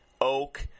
oak